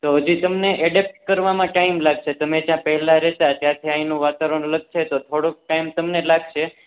તો હજી તમને એડેપ્ટ કરવામાં ટાઈમ લાગશે તમે ત્યાં પહેલાં રહેતાં ત્યાંથી અહીંનું વાતાવરણ અલગ છે તો થોડોક ટાઇમ તમને લાગશે